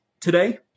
today